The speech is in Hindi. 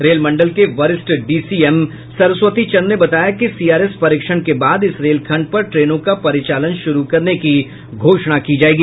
रेल मंडल के वरिष्ठ डीसीएम सरस्वती चंद्र ने बताया कि सीआरएस परीक्षण के बाद इस रेलखंड पर ट्रेनों का परिचालन शुरु करने की घोषणा की जायेगी